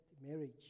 marriage